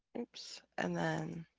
so and then